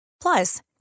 Plus